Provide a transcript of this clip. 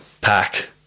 pack